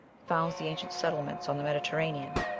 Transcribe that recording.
founds the ancient settlements on the mediterranean,